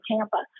Tampa